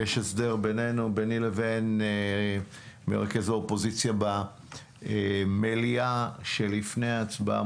יש הסדר ביני לבין מרכז האופוזיציה שלפני ההצבעה